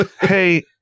hey